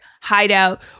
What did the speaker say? hideout